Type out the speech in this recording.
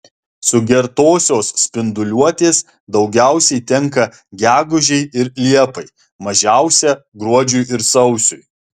sugertosios spinduliuotės daugiausiai tenka gegužei ir liepai mažiausia gruodžiui ir sausiui